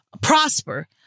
prosper